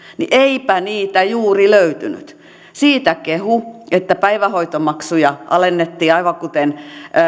niin eipä niitä juuri löytynyt siitä kehu että päivähoitomaksuja alennettiin aivan kuten